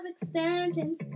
extensions